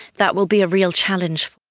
that will be a real challenge.